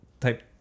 type